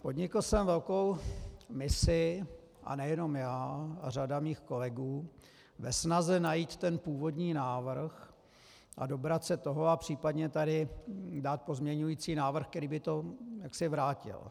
Podnikl jsem velkou misi, a nejenom já, i řada mých kolegů, ve snaze najít ten původní návrh a dobrat se toho a případně tady dát pozměňující návrh, který by to vrátil.